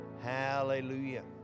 Hallelujah